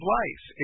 life